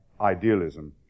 idealism